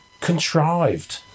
contrived